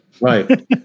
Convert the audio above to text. Right